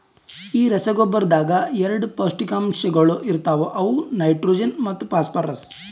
ಈ ರಸಗೊಬ್ಬರದಾಗ್ ಎರಡ ಪೌಷ್ಟಿಕಾಂಶಗೊಳ ಇರ್ತಾವ ಅವು ನೈಟ್ರೋಜನ್ ಮತ್ತ ಫಾಸ್ಫರ್ರಸ್